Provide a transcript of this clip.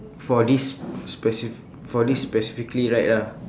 for this specif~ for this specifically ride lah